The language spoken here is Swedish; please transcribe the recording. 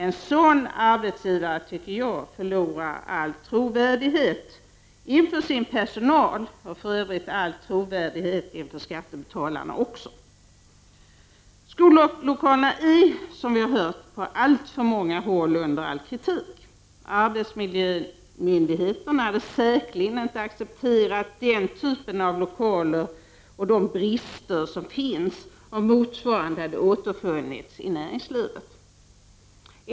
En sådan arbetsgivare förlorar all trovärdighet inför sin personal och även inför skattebetalarna. Skollokalerna är, som vi har hört, på alltför många håll under all kritik. Arbetsmiljömyndigheterna hade säkerligen inte accepterat den typen av lokaler och de brister som finns i skolorna om de hade återfunnits i näringslivet.